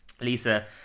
Lisa